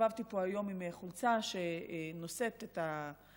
הסתובבתי פה היום עם חולצה שנושאת את הכיתוב: